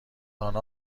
آنها